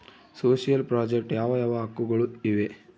Social project ಯಾವ ಯಾವ ಹಕ್ಕುಗಳು ಇವೆ?